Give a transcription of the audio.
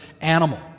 animal